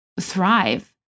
thrive